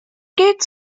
geht